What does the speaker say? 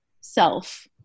self